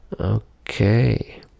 Okay